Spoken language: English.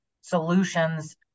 solutions